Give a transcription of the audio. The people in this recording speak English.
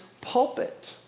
pulpit